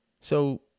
So